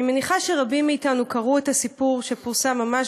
אני מניחה שרבים מאתנו קראו את הסיפור שפורסם ממש